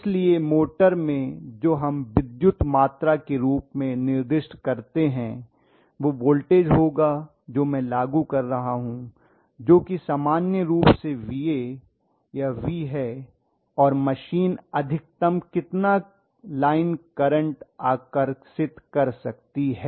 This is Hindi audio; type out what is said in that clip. इसलिए मोटर में जो हम विद्युत मात्रा के रूप में निर्दिष्ट करते हैं वह वोल्टेज होगा जो मैं लागू कर रहा हूं जो कि सामान्य रूप से Va या V है और मशीन अधिकतम कितना लाइन करंट आकर्षित कर सकती है